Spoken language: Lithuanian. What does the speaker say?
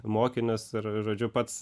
mokinius ir ir žodžiu pats